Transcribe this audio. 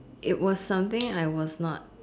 it was something I was not